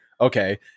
okay